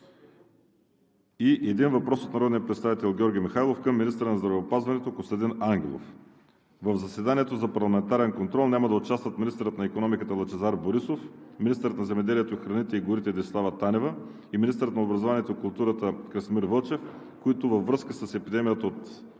- един въпрос от народния представител Георги Михайлов към министъра на здравеопазването Костадин Ангелов. В заседанието за парламентарен контрол няма да участват министърът на икономиката Лъчезар Борисов, министърът на земеделието, храните и горите Десислава Танева и министърът на образованието и науката Красимир Вълчев, които във връзка с епидемията от